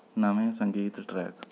ਨਵੇਂ ਸੰਗੀਤ ਟਰੈਕ